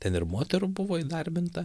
ten ir moterų buvo įdarbinta